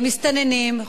אנחנו משחררים אותם,